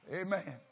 Amen